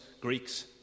Greeks